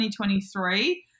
2023